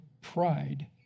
pride